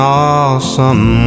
awesome